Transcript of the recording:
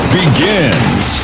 begins